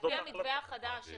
על פי המתווה החדש,